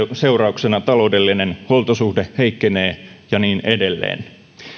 seurauksena taloudellinen huoltosuhde heikkenee ja niin edelleen